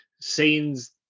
scenes